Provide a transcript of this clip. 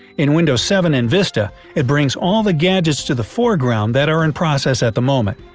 in window seven and vista it brings all the gadgets to the foreground that are in process at the moment.